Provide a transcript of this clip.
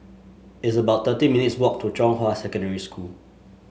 it's about thirty minutes' walk to Zhonghua Secondary School